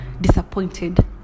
disappointed